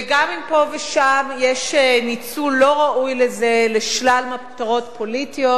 וגם אם פה ושם יש ניצול לא ראוי של זה לשלל מטרות פוליטיות,